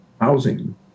housing